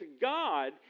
God